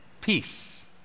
peace